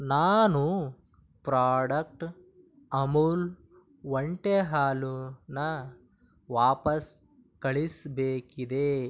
ನಾನು ಪ್ರಾಡಕ್ಟ್ ಅಮುಲ್ ಒಂಟೆ ಹಾಲನ್ನು ವಾಪಸ್ಸು ಕಳಿಸ್ಬೇಕಿದೆ